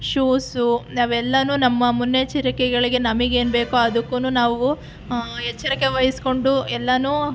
shoes ಅವೆಲ್ಲನೂ ನಮ್ಮ ಮುನ್ನೆಚ್ಚರಿಕೆಗಳಿಗೆ ನಮಗೆ ಏನು ಬೇಕೋ ಅದಕ್ಕುನೂ ನಾವು ಎಚ್ಚರಿಕೆವಹಿಸ್ಕೊಂಡು ಎಲ್ಲನೂ